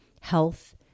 health